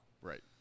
right